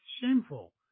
shameful